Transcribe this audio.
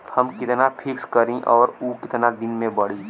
हम कितना फिक्स करी और ऊ कितना दिन में बड़ी?